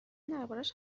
دربارش